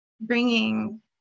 bringing